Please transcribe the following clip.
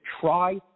try